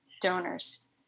donors